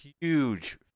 huge